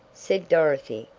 said dorothy,